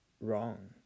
wrong